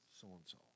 so-and-so